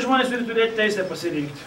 žmonės turės teisę pasirinkt